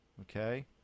Okay